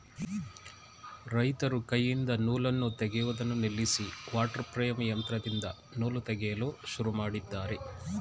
ರೈತರು ಕೈಯಿಂದ ನೂಲನ್ನು ತೆಗೆಯುವುದನ್ನು ನಿಲ್ಲಿಸಿ ವಾಟರ್ ಪ್ರೇಮ್ ಯಂತ್ರದಿಂದ ನೂಲು ತೆಗೆಯಲು ಶುರು ಮಾಡಿದ್ದಾರೆ